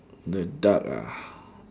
the duck ah